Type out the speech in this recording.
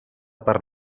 per